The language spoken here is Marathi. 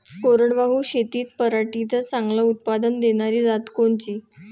कोरडवाहू शेतीत पराटीचं चांगलं उत्पादन देनारी जात कोनची?